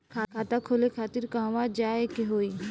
खाता खोले खातिर कहवा जाए के होइ?